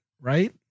right